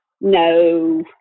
No